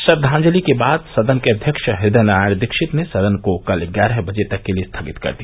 श्रद्वाजंलि के बाद सदन के अध्यक्ष हृदय नारायण दीक्षित ने सदन को कल ग्यारह बजे तक के लिये स्थगित कर दिया